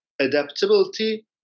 adaptability